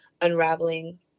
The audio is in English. unraveling